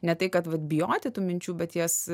ne tai kad vat bijoti tų minčių bet jas